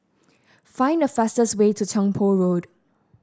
find the fastest way to Tiong Poh Road